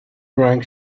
rank